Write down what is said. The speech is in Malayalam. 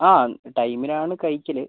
ആ ടൈമിനാണ് കഴിക്കൽ